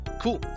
Cool